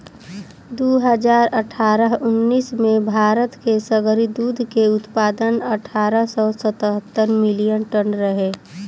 दू हज़ार अठारह उन्नीस में भारत के सगरी दूध के उत्पादन अठारह सौ सतहत्तर मिलियन टन रहे